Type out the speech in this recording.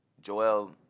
Joel